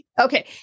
okay